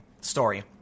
story